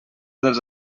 dels